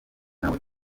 nawe